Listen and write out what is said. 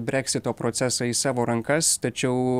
breksito procesą į savo rankas tačiau